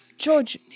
George